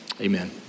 amen